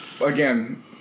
again